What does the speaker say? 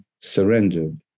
surrendered